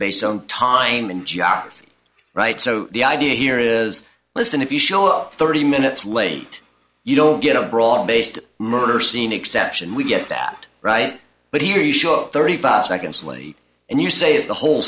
based on time and geography right so the idea here is listen if you show up thirty minutes late you don't get a broad based murder scene exception we get that right but here you show up thirty five seconds later and you say it's the whole